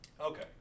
Okay